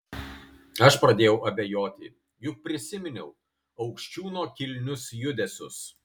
aš pradėjau abejoti juk prisiminiau aukščiūno kilnius judesius